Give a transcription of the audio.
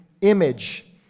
image